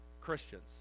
Christians